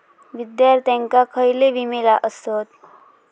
विद्यार्थ्यांका खयले विमे आसत?